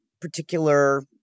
particular